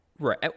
Right